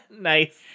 Nice